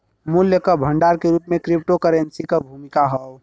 मूल्य क भंडार के रूप में क्रिप्टोकरेंसी क भूमिका हौ